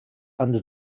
under